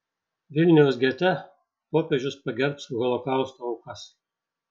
vilniaus gete popiežius pagerbs holokausto aukas